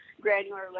granular